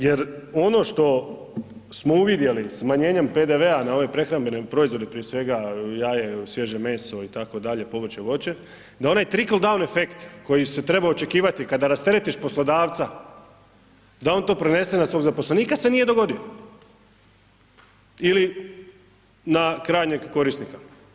Jer ono što smo uvidjeli smanjenjem PDV-a na ove prehrambene proizvode prije svega jaja, svježe meso itd., povrće voće, da onaj trickl down efekt koji se treba očekivati kada rasteretiš poslodavca da on to prenese na svog zaposlenika se nije dogodio ili na krajnjeg korisnika.